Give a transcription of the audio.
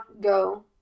go